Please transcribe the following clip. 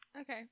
Okay